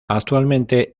actualmente